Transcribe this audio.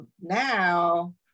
now